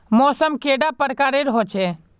मौसम कैडा प्रकारेर होचे?